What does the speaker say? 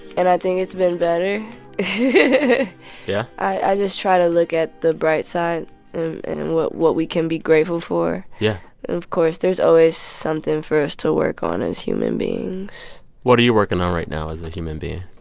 and i think it's been better yeah i just try to look at the bright side and what what we can be grateful for yeah and of course there's always something for us to work on as human beings what are you working on right now as a human being?